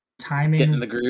Timing